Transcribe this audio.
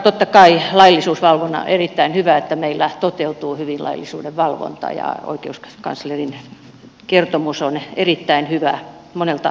totta kai on erittäin hyvä että meillä toteutuu hyvin laillisuuden valvonta ja oikeuskanslerin kertomus on erittäin hyvä monelta osin